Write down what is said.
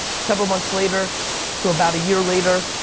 several months later to about a year later,